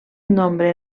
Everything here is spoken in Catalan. nombre